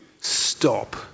Stop